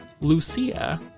Lucia